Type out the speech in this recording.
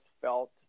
felt